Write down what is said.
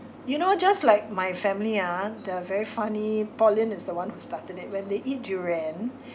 you know just like my family ah the very funny pauline is the one who started it when they eat durian